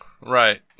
Right